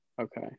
Okay